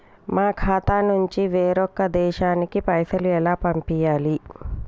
మా ఖాతా నుంచి వేరొక దేశానికి పైసలు ఎలా పంపియ్యాలి?